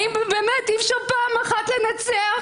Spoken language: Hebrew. האם אי אפשר פעם אחת לנצח?